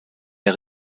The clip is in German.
der